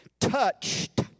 touched